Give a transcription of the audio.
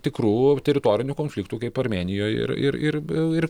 tikru teritoriniu konfliktu kaip armėnijoj ir ir ir ir